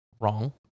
wrong